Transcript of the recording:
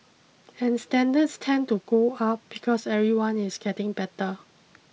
and standards tend to go up because everyone is getting better